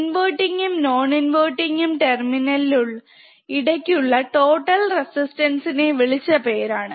inverting ഉം non inverting ഉം ടെർമിനലിനു ഇടക് ഉള്ള ടോട്ടൽ റെസിസ്റ്റൻസിനെ വിളിച്ച പേരാണ്